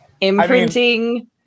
Imprinting